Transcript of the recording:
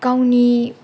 गावनि